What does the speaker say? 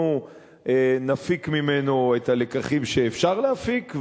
אנחנו נפיק ממנו את הלקחים שאפשר להפיק,